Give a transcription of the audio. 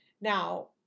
Now